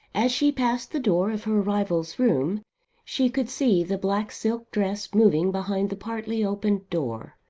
as she passed the door of her rival's room she could see the black silk dress moving behind the partly open door,